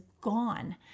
gone